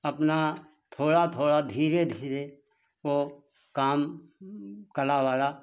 अपना थोड़ा थोड़ा धीरे धीरे वह काम कला वाला